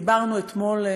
דיברנו אתמול,